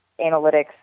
analytics